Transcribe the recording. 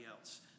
else